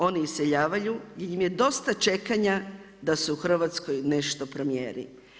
Oni iseljavaju, jer im je dosta čekanja, da se u Hrvatskoj nešto promjeni.